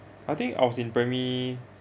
I think I was in primary